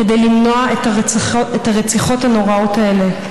כדי למנוע את הרציחות הנוראות האלה.